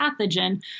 pathogen